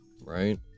right